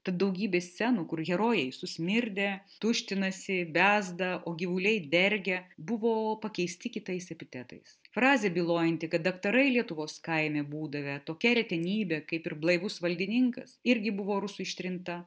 tad daugybė scenų kur herojai susmirdę tuštinasi bezda o gyvuliai dergia buvo pakeisti kitais epitetais frazė bylojanti kad daktarai lietuvos kaime būdavę tokia retenybė kaip ir blaivus valdininkas irgi buvo rusų ištrinta